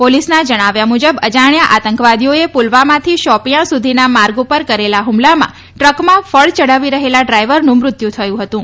પોલીસના જણાવ્યા મુજબ અજાણ્યા આતંકવાદીઓએ પુલવામાથી શોપિંયાન સુધીના માર્ગ ઉપર કરેલા હમલામાં ટ્રકમાં ફળ યઢાવી રહેલા ડ્રાઇવરનું મૃત્યુ થયું હતું